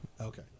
Okay